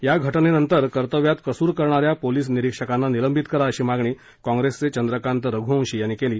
या घटनेनंतर कर्तव्यात कसूर करणाऱ्या पोलीस निरीक्षकांना निलंबित करा अशी मागणी काँप्रेसचे चंद्रकांत रघुवंशी यांनी केली